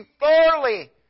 thoroughly